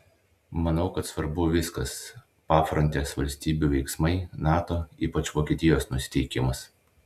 manau kad svarbu viskas pafrontės valstybių veiksmai nato ypač vokietijos nusiteikimas